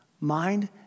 mind